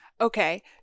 okay